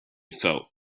felt